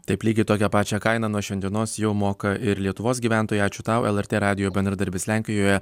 taip lygiai tokią pačią kainą nuo šiandienos jau moka ir lietuvos gyventojai ačiū tau lrt radijo bendradarbis lenkijoje